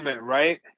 right